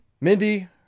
Mindy